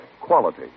Quality